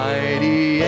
Mighty